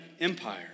Empire